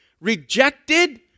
rejected